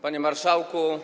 Panie Marszałku!